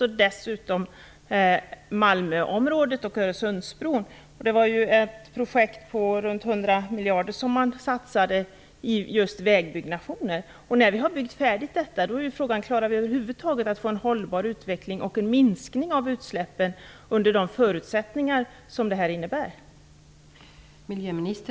Till det kommer Malmöområdet och Öresundsbron. Det var ju ett projekt där man satsade runt 100 miljarder i just vägbyggnationer. När vi har byggt färdigt detta är frågan: Kommer vi över huvud taget att kunna få en hållbar utveckling och en minskning av utsläppen med de förutsättningar som detta innebär?